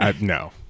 No